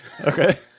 Okay